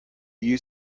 you